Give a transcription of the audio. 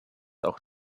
auch